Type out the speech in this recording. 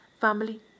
family